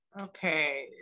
Okay